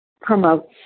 promotes